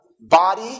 body